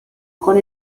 con